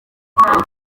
ubu